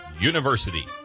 University